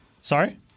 Sorry